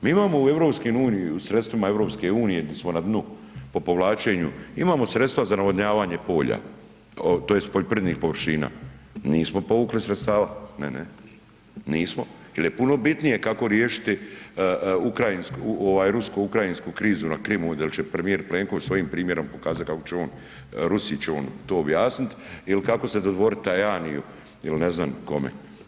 Mi imamo u EU, u sredstvima EU di smo na dnu, po povlačenju, imamo sredstva za navodnjavanje polja tj. poljoprivrednih površina, nismo povukli sredstava, ne, ne, nismo jer je puno bitnije kako riješiti ukrajinsku ovaj rusko-ukrajinsku krizu na Krimu jel će premijer Plenković svojim primjerom pokazat kako će on, Rusiji će on to objasniti ili kako se dodvoriti Tajaniu ili ne znam kome.